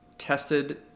tested